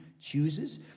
chooses